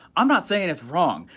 i'm not saying it's wrong.